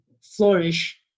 flourish